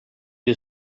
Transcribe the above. die